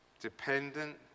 dependent